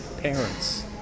parents